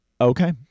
Okay